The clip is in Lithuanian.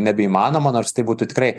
nebeįmanoma nors tai būtų tikrai